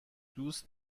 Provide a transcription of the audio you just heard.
دوست